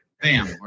bam